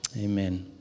Amen